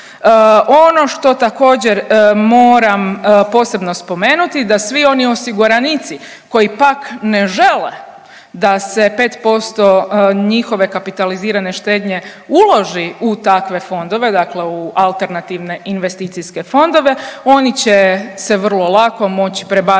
Ono što također moram posebno spomenuti da svi oni osiguranici koji pak ne žele da se 5% njihove kapitalizirane štednje uloži u takve fondove, dakle u alternativne investicijske fondove oni će se vrlo lako moći prebaciti